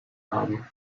haben